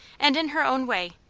and in her own way,